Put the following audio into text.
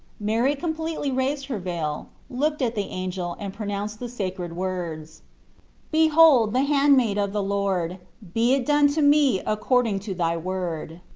mary completely raised her veil, looked at the angel, and pronounced the sacred words behold the handmaid of the lord be it done to me according to thy word.